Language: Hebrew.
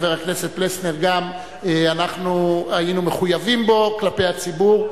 חבר הכנסת פלסנר, היינו מחויבים בו כלפי הציבור.